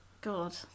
God